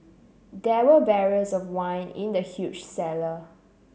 there were barrels of wine in the huge cellar